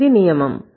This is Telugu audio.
ఇది ఒక నియమము